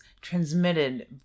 transmitted